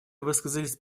высказались